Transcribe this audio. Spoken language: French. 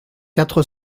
quatre